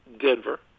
Denver